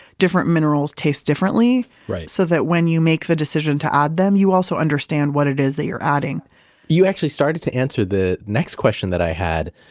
different minerals taste differently, so that when you make the decision to add them you also understand what it is that you're adding you actually started to answer the next question that i had